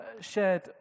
shared